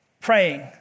praying